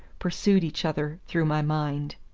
pursued each other through my mind.